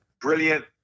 brilliant